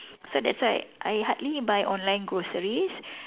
so that's why I hardly buy online groceries